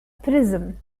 prism